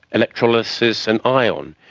electrolysis and ion.